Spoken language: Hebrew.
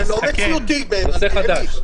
זה נושא חדש...